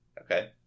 Okay